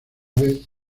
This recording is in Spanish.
vez